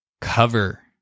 Cover